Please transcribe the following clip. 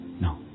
No